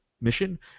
mission